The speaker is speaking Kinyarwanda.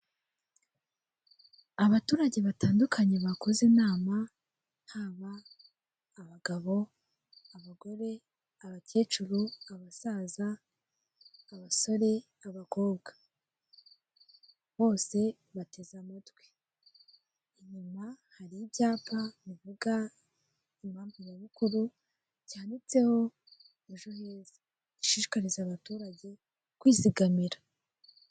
Abaturage batandukanye bakoze inama, haba abagabo, abagore, abakecuru, abasaza abasore, abakobwa, bose bateze amatwi. Inyuma hari ibyapa bivuga impamvu nyamukuru byanditseho ejo heza ishishikariza abaturage kwizigamira.